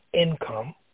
income